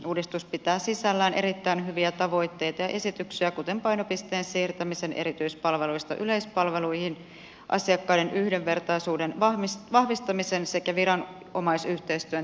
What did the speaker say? uudistus pitää sisällään erittäin hyviä tavoitteita ja esityksiä kuten painopisteen siirtämisen erityispalveluista yleispalveluihin asiakkaiden yhdenvertaisuuden vahvistamisen sekä viranomaisyhteistyön tiivistämisen